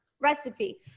recipe